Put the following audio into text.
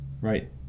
right